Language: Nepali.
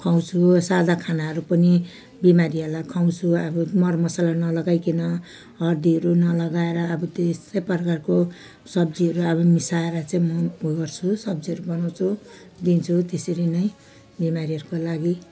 खुवाउँछु सादा खानाहरू पनि बिमारीहरूलाई खुवाउँछु अब मरमसला नलगाइकन हड्डीहरू नलगाएर अब त्यसै प्रकारको सब्जीहरू अब मिसाएर चाहिँ म गर्छु सब्जीहरू बनाउँछु दिन्छु त्यसरी नै बिमारीहरूको लागि